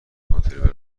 هتل